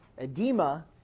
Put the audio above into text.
edema